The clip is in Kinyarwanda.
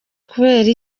kubera